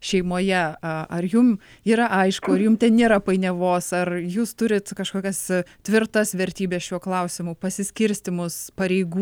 šeimoje a ar jum yra aišku ar jum nėra painiavos ar jūs turit kažkokias tvirtas vertybes šiuo klausimu pasiskirstymus pareigų